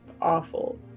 awful